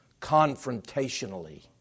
Confrontationally